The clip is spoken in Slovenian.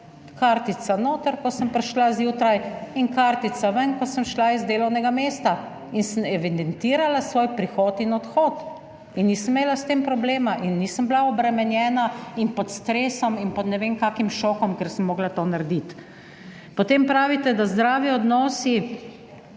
Kartica noter, ko sem prišla zjutraj in kartica ven, ko sem šla iz delovnega mesta in sem evidentirala svoj prihod in odhod in nisem imela s tem problema in nisem bila obremenjena in pod stresom in pod ne vem kakšnim šokom, ker sem morala to narediti. Potem pravite, da zdravi odnosi